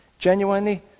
Genuinely